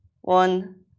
One